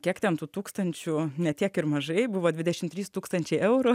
kiek ten tų tūkstančių ne tiek ir mažai buvo dvidešim trys tūkstančiai eurų